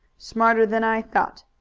smarter than i thought.